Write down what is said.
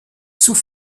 sous